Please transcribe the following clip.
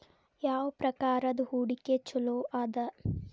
ಯಾವ ಪ್ರಕಾರದ ಹೂಡಿಕೆ ಚೊಲೋ ಅದ